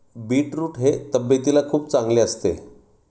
beetroot हे तब्येतीला खूप चांगले असते